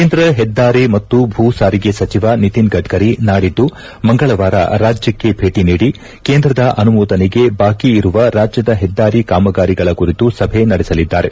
ಕೇಂದ್ರ ಹೆದ್ದಾರಿ ಮತ್ತು ಭೂಸಾರಿಗೆ ಸಚಿವ ನಿತಿನ್ ಗಡ್ಕರಿ ನಾಡಿದ್ದು ಮಂಗಳವಾರ ರಾಜ್ಯಕ್ಷೆ ಭೇಟ ನೀಡಿ ಕೇಂದ್ರದ ಅನುಮೋದನೆಗೆ ಬಾಕಿ ಇರುವ ರಾಜ್ಯದ ಹೆದ್ದಾರಿ ಕಾಮಗಾರಿಗಳ ಕುರಿತು ಸಭೆ ನಡೆಸಲಿದ್ದಾರೆ